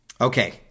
Okay